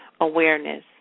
awareness